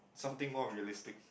something more realistic